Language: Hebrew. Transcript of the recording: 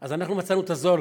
אז אנחנו מצאנו את הזול,